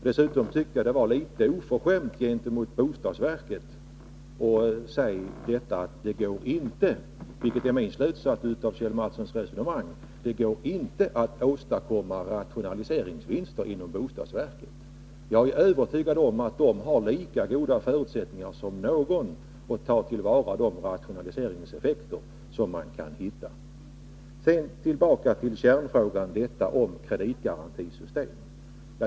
Jag tyckte att det var litet oförskämt gentemot bostadsverket att säga att det inte går att åstadkomma rationaliseringsvinster inom bostadsverket. Det är min slutsats av Kjell Mattssons resonemang. Jag är övertygad om att bostadsverket har lika goda förutsättningar som andra att ta vara på möjligheterna till rationalisering. Sedan tillbaka till kärnfrågan, dvs. ett kreditgarantisystem.